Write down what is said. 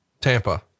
Tampa